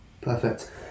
Perfect